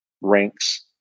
ranks